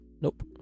Nope